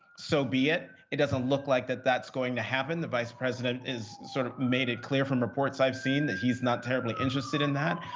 so be it. it doesn't look like that that's going to happen. the vice president has sort of made it clear, from reports i have seen, that he's not terribly interested in that.